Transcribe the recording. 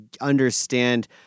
understand